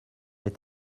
est